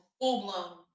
full-blown